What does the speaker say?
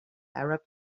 arab